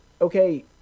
okay